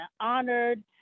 honored